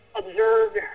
observed